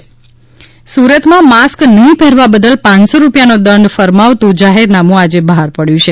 corona પ્રતિકારની અસર સુરતમાં માસ્ક નહીં પહેરવા બદલ પાંચસો રૂપિયાનો દંડ ફરમાવતું જાહેરનામું આજે બહાર પડ્યું છે